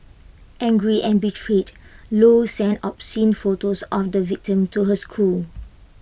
angry and betrayed low sent obscene photos on the victim to his school